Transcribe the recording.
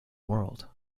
world